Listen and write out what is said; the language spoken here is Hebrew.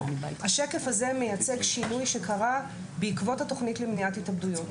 השקף הזה מייצג שינוי שקרה בעקבות התוכנית למניעת התאבדויות.